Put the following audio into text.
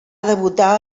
debutar